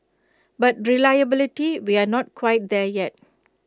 but reliability we are not quite there yet